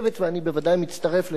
ואני בוודאי מצטרף לדעתה,